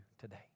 today